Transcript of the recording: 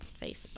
Facebook